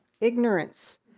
ignorance